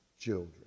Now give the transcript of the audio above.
children